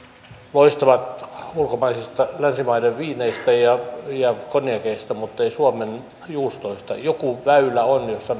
loistavat ulkomaisista länsimaiden viineistä ja ja konjakeista mutta eivät suomen juustoista on joku väylä jossa